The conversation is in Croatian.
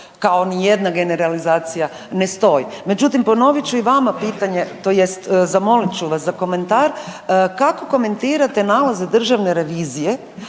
kao ni jedna generalizacija ne stoji. Međutim, ponovit ću i vama pitanje, tj. zamolit ću vas za komentar kako komentirate nalaze Državne revizije